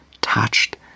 touched